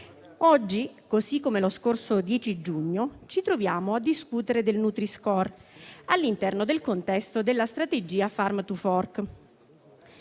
oggi, così come lo scorso 10 giugno, ci troviamo a discutere del nutri-score all'interno del contesto della strategia Farm to fork.